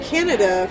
Canada